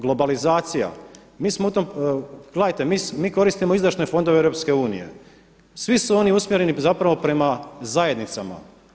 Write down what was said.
Globalizacije, mi smo u tome, gledajte mi koristimo izdašne fondove EU, svi su oni usmjereni zapravo prema zajednicama.